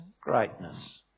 greatness